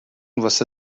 واسه